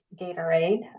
Gatorade